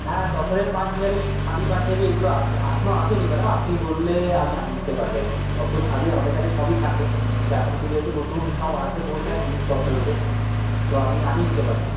হ্যাঁ তসরের পাঞ্জাবি খাদি পাঞ্জাবি এগুলো আছে এখনো আসেনি ম্যাডাম আপনি বললে আমি আনিয়ে দিতে পারি আর কি তসর খাদি আমাদের কাছে সবই থাকে তো এখনো যেহেতু নতুন সব এসে পৌঁছাইনি জিনিসপত্রগুলো তো আমি আনিয়ে দিতে পারি